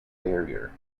barrier